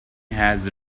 has